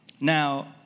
Now